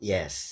Yes